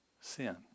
sin